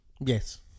Yes